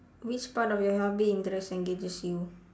which part of your hobby interests engages you